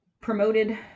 Promoted